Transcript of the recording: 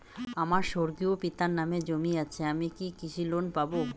আমার স্বর্গীয় পিতার নামে জমি আছে আমি কি কৃষি লোন পাব?